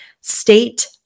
state